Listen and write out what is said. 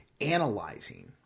analyzing